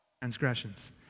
transgressions